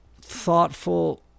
thoughtful